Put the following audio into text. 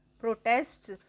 protests